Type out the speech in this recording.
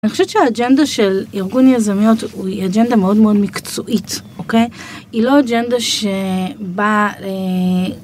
אני חושבת שהאג'נדה של ארגון יזמיות היא אג'נדה מאוד מאוד מקצועית, אוקיי? היא לא אג'נדה שבאה...